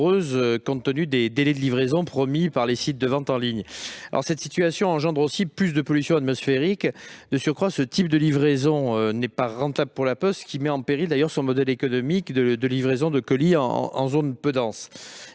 nombreuses, compte tenu des délais de livraison promis par les sites de vente en ligne. Cette situation engendre une pollution atmosphérique accrue ; de surcroît, ce type de livraison n'est pas rentable pour La Poste, ce qui met d'ailleurs en péril son modèle économique de livraison de colis en zone peu dense.